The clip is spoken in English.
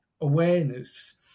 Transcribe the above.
awareness